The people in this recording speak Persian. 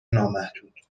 نامحدود